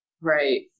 Right